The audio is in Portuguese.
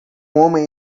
homem